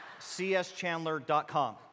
cschandler.com